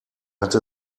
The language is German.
hatte